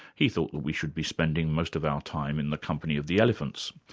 he thought that we should be spending most of our time in the company of the elephants,